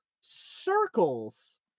circles